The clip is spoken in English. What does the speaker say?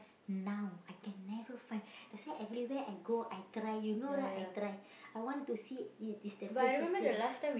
now I can never find that's why everywhere I go I try you know right I try I want to see E~ is the taste is still the